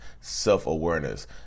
self-awareness